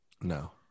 No